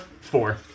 Four